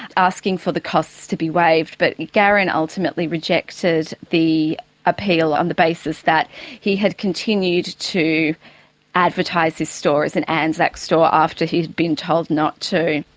asking for the costs to be waived. but the garran ultimately rejected the appeal on the basis that he had continued to advertise his store as and an anzac store after he had been told not to.